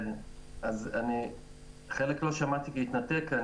אז אני חלק לא שמעתי כי התנתק.